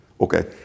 okay